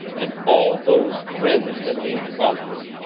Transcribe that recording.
and all those friends, that deine to follow mee.